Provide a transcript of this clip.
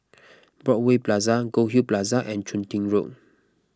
Broadway Plaza Goldhill Plaza and Chun Tin Road